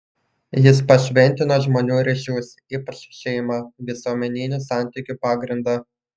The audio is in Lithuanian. jis pašventino žmonių ryšius ypač šeimą visuomeninių santykių pagrindą